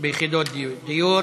ביחידת דיור),